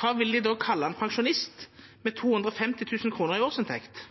hva vil de da kalle en pensjonist med 250 000 kr i årsinntekt?